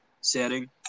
setting